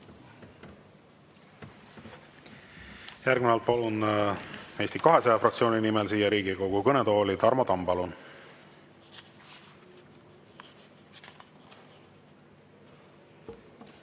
Järgnevalt palun Eesti 200 fraktsiooni nimel siia Riigikogu kõnetooli Tarmo Tamme.